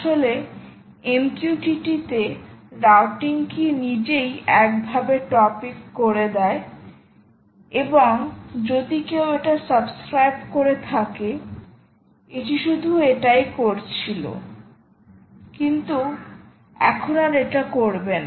আসলে MQTT তে routing কী নিজেই একভাবে টপিক করে দেয় এবং যদি কেউ এটা সাবস্ক্রাইব করে থাকে এটি শুধু এটাই করছিল কিন্তু এখন আর এটা করবে না